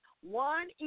One